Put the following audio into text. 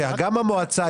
שגם המועצה,